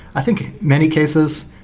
i think many cases,